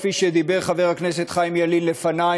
כפי שאמר חבר הכנסת חיים ילין לפני,